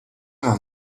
mam